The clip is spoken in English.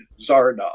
Zardoz